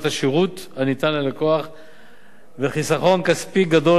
השירות הניתן ללקוח וחיסכון כספי גדול,